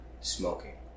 smoking